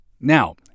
Now